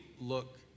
look